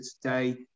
today